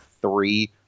three